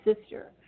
sister